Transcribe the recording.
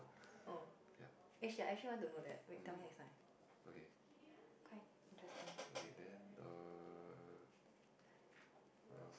yup um okay okay then err what else